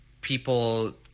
people